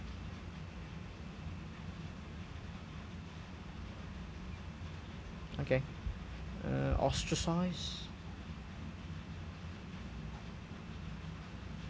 okay uh ostracise